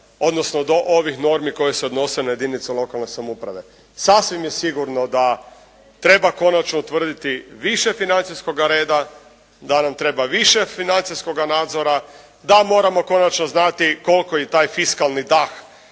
odnosno do ovih normi koje se odnose na jedinice lokalne samouprave. Sasvim je sigurno da treba konačno utvrditi više financijskoga reda, da nam treba više financijskoga nadzora, da moramo konačno znati koliko i taj fiskalni dah